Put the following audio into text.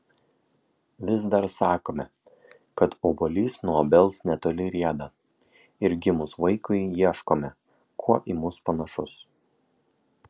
vis dar sakome kad obuolys nuo obels netoli rieda ir gimus vaikui ieškome kuo į mus panašus